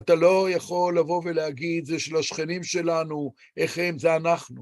אתה לא יכול לבוא ולהגיד, זה של השכנים שלנו, איך הם? זה אנחנו.